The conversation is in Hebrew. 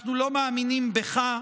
אנחנו לא מאמינים בך.